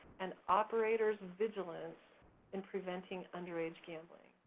and operators vigilance in preventing underage gambling,